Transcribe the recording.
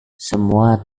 semua